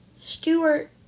Stewart